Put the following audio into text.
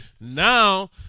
Now